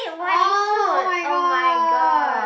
orh oh-my-god